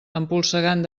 empolsegant